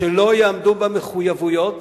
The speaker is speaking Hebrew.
שלא יעמדו במחויבויות,